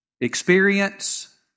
experience